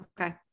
Okay